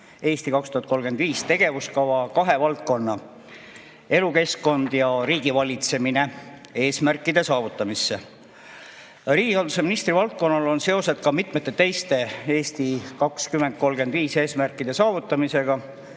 "Eesti 2035" tegevuskava kahe valdkonna, elukeskkonna ja riigivalitsemise eesmärkide saavutamisse. Riigihalduse ministri valdkonnal on seosed ka mitmete teiste "Eesti 2035" eesmärkide saavutamisega,